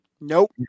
Nope